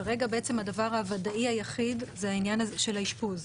כרגע הדבר הוודאי היחיד זה העניין של האשפוז,